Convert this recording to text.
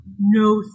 no